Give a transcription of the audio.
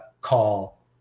call